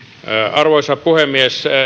arvoisa puhemies